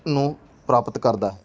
ਨੂੰ ਪ੍ਰਾਪਤ ਕਰਦਾ ਹੈ